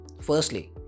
Firstly